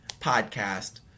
podcast